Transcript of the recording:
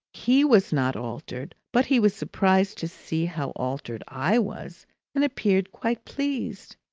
he was not altered, but he was surprised to see how altered i was and appeared quite pleased.